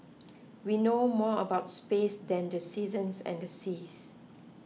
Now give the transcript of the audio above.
we know more about space than the seasons and the seas